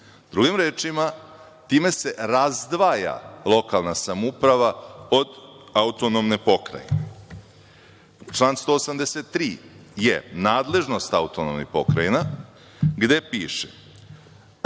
Drugim rečima, time se razdvaja lokalna samouprava od autonomne pokrajine. Član 183. je nadležnost autonomnih pokrajina, gde piše